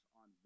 on